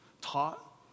taught